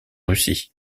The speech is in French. russie